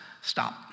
stop